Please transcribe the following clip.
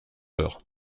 heures